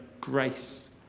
grace